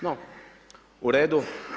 No, u redu.